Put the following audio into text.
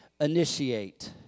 initiate